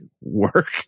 work